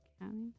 County